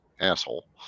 asshole